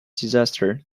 disaster